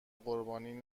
قربانی